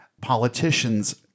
politicians